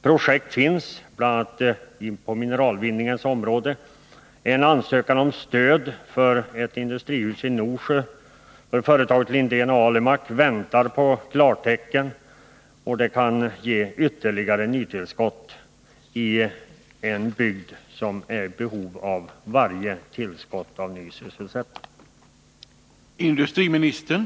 Projekt finns, bl.a. på mineralutvinningens område, och en ansökan om stöd till ett industrihus i Norsjö för företaget Linden-Alimak väntar på klartecken. Detta kan ge ytterligare tillskott i en bygd som är i behov av varje tillskott av sysselsättning.